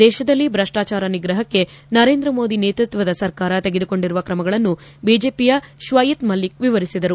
ದೇಶದಲ್ಲಿ ಭ್ರಷ್ಟಾಚಾರ ನಿಗ್ರಹಕ್ಕೆ ನರೇಂದ್ರ ಮೋದಿ ನೇತೃತ್ವದ ಸರ್ಕಾರ ತೆಗೆದುಕೊಂಡಿರುವ ಕ್ರಮಗಳನ್ನು ಬಿಜೆಪಿಯ ಶ್ವಯಿತ್ ಮಲ್ಲಿಕ್ ವಿವರಿಸಿದರು